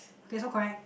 okay so correct